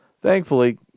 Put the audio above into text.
Thankfully